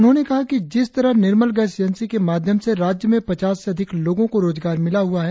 उन्होंने कहा कि जिस तरह निर्मल गैस एजेंसी के माध्यम से राज्य में पचास से अधिक लोगों को रोजगार मिला हुआ है